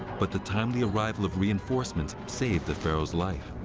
but the timely arrival of reinforcements saved the pharaoh's life.